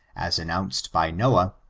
as announced by noah,